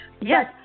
Yes